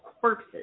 corpses